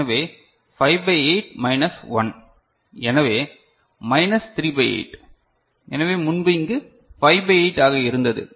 எனவே 5 by 8 minus 1 எனவே minus 3 by 8 எனவே முன்பு இங்கு 5 பை 8 ஆக இருந்தது